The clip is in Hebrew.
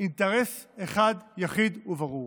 אינטרס אחד, יחיד וברור: